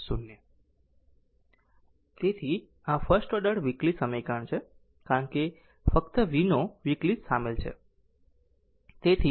તેથી આ first order વિકલિત સમીકરણ છે કારણ કે ફક્ત vનો વિકલિત શામેલ છે